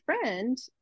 friend